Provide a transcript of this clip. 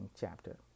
chapter